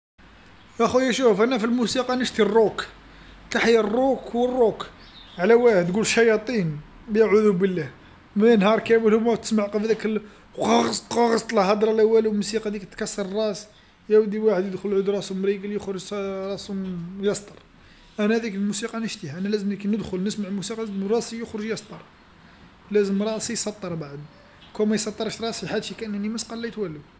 آخويا شوف أنا في الموسيقى نشتي الروك، تحيا الروك والروك، على واه تقول شياطين أعوذ بالله، من النهار كامل هوما تسمع لا هدره لا والو الموسيقا هاذيك تكسر الراس، يا ودي واحد يدخل يعود راسو مريقل يخرج راسو يسطر، أنا ذيك الموسيقى نشتيها، أنا لازمني كي ندخل نسمع الموسيقى لازم راسي يخرج يسطر، لازم راسي يسطر، بعد لوكان ما يسطرش راسي هاد شي كامل ما ستغليت والو.